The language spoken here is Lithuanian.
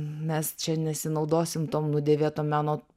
mes čia nesinaudosim tom nudėvėto meno